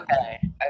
Okay